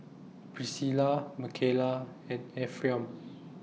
Pricilla Mckayla and Ephriam